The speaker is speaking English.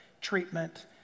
treatment